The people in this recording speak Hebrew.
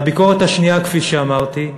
והביקורת השנייה, כפי שאמרתי,